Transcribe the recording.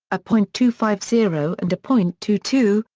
a point two five zero and a point two two,